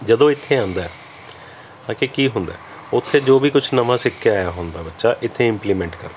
ਜਦੋਂ ਇੱਥੇ ਆਉਂਦਾ ਹੈ ਅਖੇ ਕੀ ਹੁੰਦਾ ਉੱਥੇ ਜੋ ਵੀ ਕੁਛ ਨਵਾਂ ਸਿੱਖ ਕੇ ਆਇਆ ਹੁੰਦਾ ਬੱਚਾ ਇੱਥੇ ਇੰਪਲੀਮੈਂਟ ਕਰਦਾ